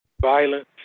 violence